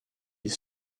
east